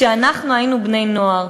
כשאנחנו היינו בני-נוער,